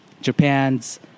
Japan's